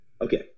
Okay